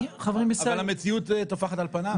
אבל המציאות טופחת על פניו.